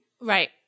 Right